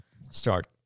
start